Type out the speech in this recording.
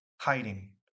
hiding